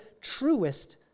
truest